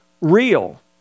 real